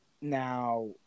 Now